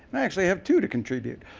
and i actually have two to contribute.